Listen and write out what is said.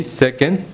second